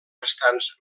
restants